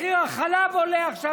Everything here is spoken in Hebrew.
מחיר החלב עולה עכשיו,